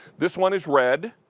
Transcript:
this one is red.